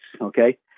Okay